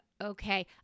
Okay